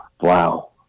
wow